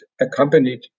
accompanied